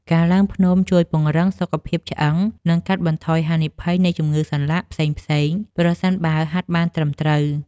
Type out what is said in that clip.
ការឡើងភ្នំជួយពង្រឹងសុខភាពឆ្អឹង និងកាត់បន្ថយហានិភ័យនៃជំងឺសន្លាក់ផ្សេងៗ ប្រសិនបើហាត់បានត្រឹមត្រូវ។